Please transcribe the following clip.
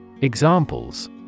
Examples